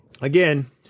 again